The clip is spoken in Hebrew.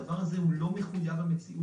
הדבר הזה לא מחויב המציאות.